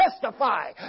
testify